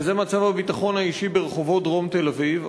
וזה מצב הביטחון האישי ברחובות דרום תל-אביב.